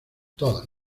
todas